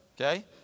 Okay